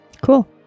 Cool